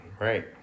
right